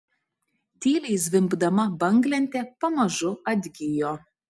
tyliai zvimbdama banglentė pamažu atgijo